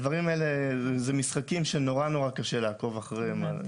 הדברים האלה זה משחקים שנורא קשה לעקוב אחריהם,